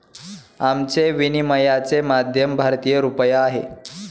आमचे विनिमयाचे माध्यम भारतीय रुपया आहे